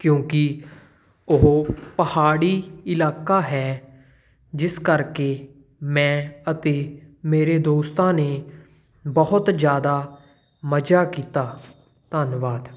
ਕਿਉਂਕਿ ਉਹ ਪਹਾੜੀ ਇਲਾਕਾ ਹੈ ਜਿਸ ਕਰਕੇ ਮੈਂ ਅਤੇ ਮੇਰੇ ਦੋਸਤਾਂ ਨੇ ਬਹੁਤ ਜ਼ਿਆਦਾ ਮਜ਼ਾ ਕੀਤਾ ਧੰਨਵਾਦ